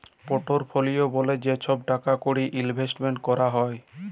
portfolio ব্যলে যে ছহব টাকা কড়ি ইলভেসট ক্যরা হ্যয়